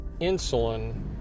insulin